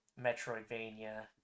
Metroidvania